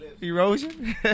Erosion